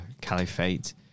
caliphate